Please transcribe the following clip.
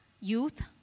youth